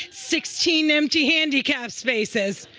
sixteen empty handicap spaces.